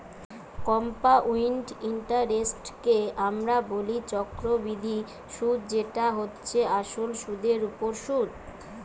compound ইন্টারেস্টকে আমরা বলি চক্রবৃদ্ধি সুধ যেটা হচ্ছে আসলে সুধের ওপর সুধ